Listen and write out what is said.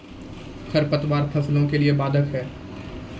खडपतवार फसलों के लिए बाधक हैं?